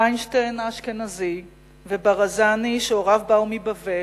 פיינשטיין האשכנזי וברזני שהוריו באו מבבל,